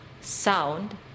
sound